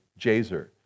Jazer